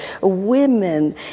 Women